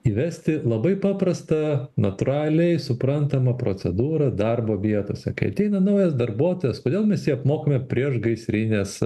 įvesti labai paprasta natūraliai suprantama procedūra darbo vietose kai ateina naujas darbuotojas kodėl mes jį apmokome priešgaisrinės